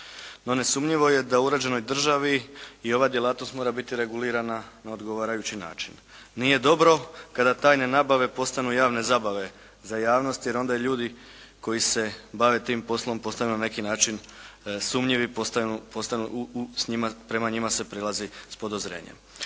no nesumnjivo da uređenoj državi i ova djelatnost mora biti regulirana na odgovarajući način. Nije dobro kada tajne nabave postanu javne zabave za javnost, jer onda ljudi koji se bave tim poslom postanu na neki način sumnjivi, prema njima se prilazi s podozrenjem.